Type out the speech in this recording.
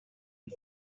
and